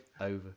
over